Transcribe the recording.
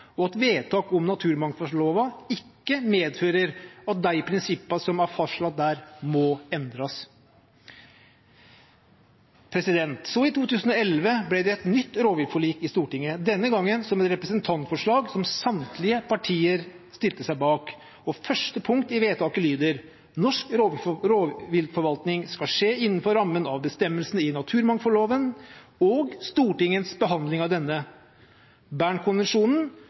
og at vedtak om naturmangfaldlova ikkje medfører at dei prinsippa som er fastslått der må endrast.» I 2011 ble det et nytt rovviltforlik i Stortinget, denne gangen som et representantforslag som samtlige partier stilte seg bak. Første punkt i vedtaket lyder: «Norsk rovviltforvaltning skal skje innenfor rammen av bestemmelsene i naturmangfoldloven og Stortingets behandling av denne, Bernkonvensjonen